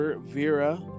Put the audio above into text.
Vera